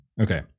okay